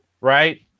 Right